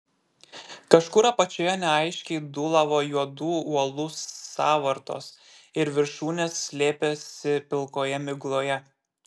kažkur apačioje neaiškiai dūlavo juodų uolų sąvartos ir viršūnės slėpėsi pilkoje migloje